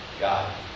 God